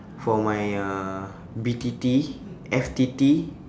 for my uh B_T_T F_T_T